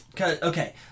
okay